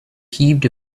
heaved